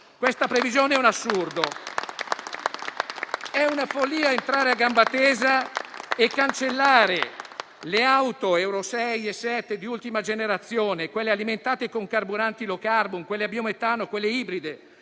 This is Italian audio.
Questa previsione è un assurdo. È una follia entrare a gamba tesa e cancellare le auto Euro 6 e 7 di ultima generazione, quelle alimentate con carburanti *low carbon*, quella a biometano, quelle ibride,